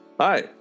Hi